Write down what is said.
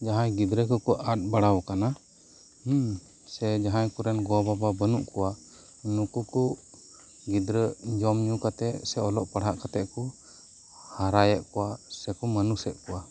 ᱡᱟᱦᱟᱸᱭ ᱜᱤᱫᱽᱨᱟᱹ ᱠᱚᱠᱚ ᱟᱫ ᱵᱟᱲᱟ ᱟᱠᱟᱱᱟ ᱦᱮᱸ ᱥᱮ ᱡᱟᱦᱟᱸᱭ ᱠᱚᱨᱮᱱ ᱜᱚ ᱵᱟᱵᱟ ᱵᱟᱹᱱᱩᱜ ᱠᱚᱣᱟ ᱱᱩᱠᱩᱠᱚ ᱜᱤᱫᱽᱨᱟᱹ ᱡᱚᱢᱧᱩ ᱠᱟᱛᱮᱫ ᱥᱮ ᱚᱞᱚᱜ ᱯᱟᱲᱦᱟᱜ ᱠᱟᱛᱮᱫ ᱠᱚ ᱦᱟᱨᱟᱭᱮᱫ ᱠᱚᱣᱟ ᱥᱮᱠᱚ ᱢᱟᱹᱱᱩᱥᱮᱫ ᱠᱚᱣᱟ